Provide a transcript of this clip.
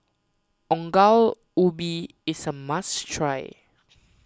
Ongol Ubi is a must try